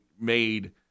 made